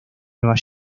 nueva